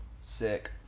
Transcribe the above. sick